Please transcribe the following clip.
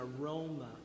aroma